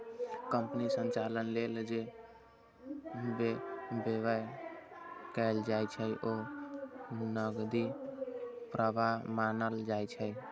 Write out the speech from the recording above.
कंपनीक संचालन लेल जे व्यय कैल जाइ छै, ओ नकदी प्रवाह मानल जाइ छै